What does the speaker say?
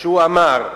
שהוא אמר.